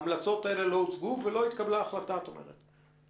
המלצות האלה לא הוצגו ולא התקבלה החלטה, את אומרת.